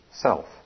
self